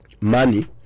money